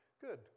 good